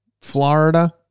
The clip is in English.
Florida